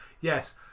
yes